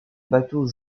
bateau